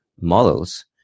models